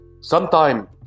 sometime